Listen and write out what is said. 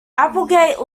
applegate